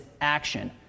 action